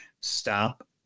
stop